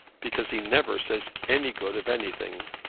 because he never says any good of anything.